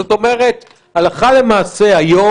זאת אומרת שהלכה למעשה היום,